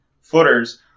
footers